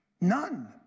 None